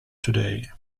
today